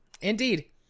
indeed